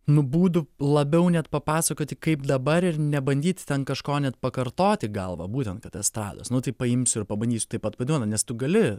nu būdų labiau net papasakoti kaip dabar ir nebandyti ten kažko net pakartoti gal va būtent kad estrados nu tai paimsiu ir pabandysiu taip pat padainuot nes tu gali